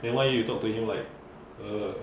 then why you talk to him like uh